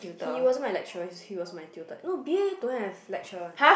he wasn't my lecturer he is my tutor no B_A don't have lecturer one